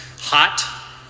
Hot